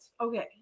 Okay